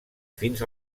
fins